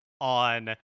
on